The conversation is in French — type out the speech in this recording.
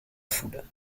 foule